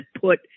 put